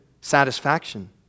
satisfaction